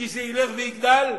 כי זה ילך ויגדל,